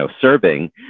serving